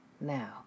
Now